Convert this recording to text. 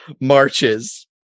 marches